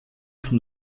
von